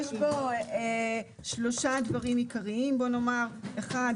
יש בו שלושה דברים עיקריים: 1,